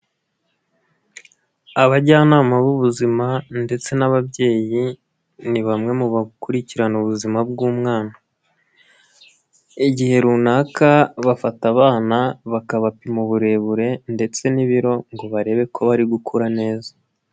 Abajyanama b'ubuzima ndetse n'ababyeyi ni bamwe mu bakurikirana ubuzima bw'umwana, igihe runaka bafata abana bakabapima uburebure ndetse n'ibiro ngo barebe ko bari gukura neza.